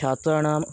छात्राणाम्